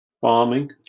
farming